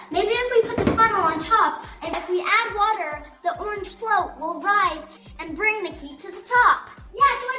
maybe if we put the funnel on top and if we add water, the orange float will rise and bring the key to the top! yeah,